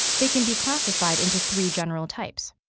they can be classified into three general types.